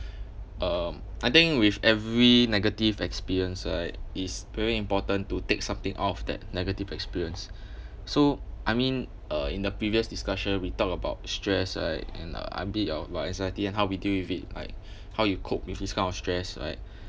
um I think with every negative experience right is very important to take something out of that negative experience so I mean uh in the previous discussion we talked about stress right and a bit of anxiety and how we deal with it like how you cope with this kind of stress right